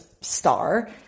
star